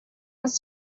was